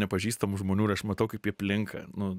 nepažįstamų žmonių ir aš matau kaip jie aplink nu